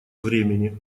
времени